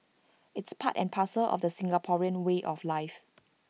it's part and parcel of the Singaporean way of life